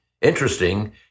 interesting